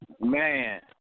Man